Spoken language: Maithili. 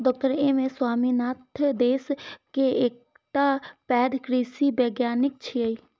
डॉ एम.एस स्वामीनाथन देश के एकटा पैघ कृषि वैज्ञानिक छियै